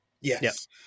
Yes